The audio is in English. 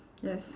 yes